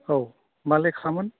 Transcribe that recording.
औ मा लेखामोन